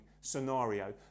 scenario